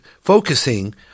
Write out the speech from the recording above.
focusing